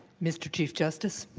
mr. chief justice.